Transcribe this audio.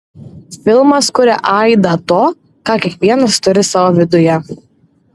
filmas kuria aidą to ką kiekvienas turi savo viduje